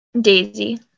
Daisy